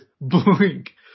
Blink